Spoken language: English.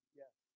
yes